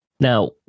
Now